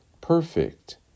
perfect